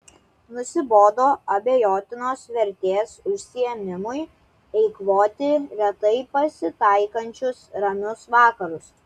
nusibodo abejotinos vertės užsiėmimui eikvoti retai pasitaikančius ramius vakarus